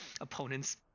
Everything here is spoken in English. opponents